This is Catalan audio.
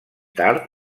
tard